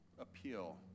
appeal